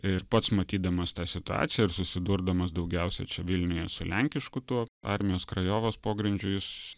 ir pats matydamas tą situaciją ir susidurdamas daugiausiai čia vilniuje su lenkišku tuo armijos krajovos pogrindžiu jis